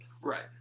Right